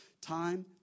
Time